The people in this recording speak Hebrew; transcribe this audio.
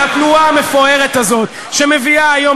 של התנועה המפוארת הזאת שמביאה היום